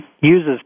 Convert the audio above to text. uses